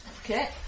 Okay